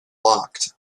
locked